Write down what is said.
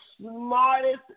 smartest